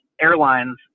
airlines